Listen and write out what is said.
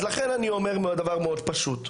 אז לכן אני אומר דבר מאוד פשוט,